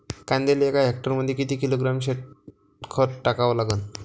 कांद्याले एका हेक्टरमंदी किती किलोग्रॅम खत टाकावं लागन?